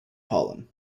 pollen